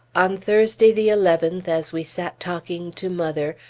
on thursday the eleventh, as we sat talking to mother,